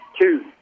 two